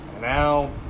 now